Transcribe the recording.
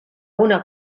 una